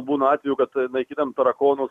būna atvejų kad naikinam tarakonus